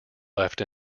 left